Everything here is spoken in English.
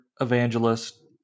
evangelist